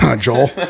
joel